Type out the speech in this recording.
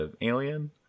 alien